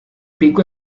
pico